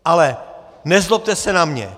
Ale nezlobte se na mě.